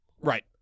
Right